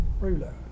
ruler